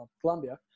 Colombia